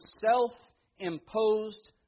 self-imposed